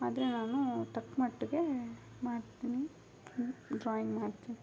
ಆದರೆ ನಾನು ತಕ್ಕ ಮಟ್ಗೆ ಮಾಡ್ತೀನಿ ಡ್ರಾಯಿಂಗ್ ಮಾಡ್ತೀನಿ